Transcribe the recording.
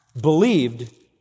believed